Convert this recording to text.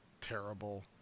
terrible